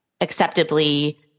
acceptably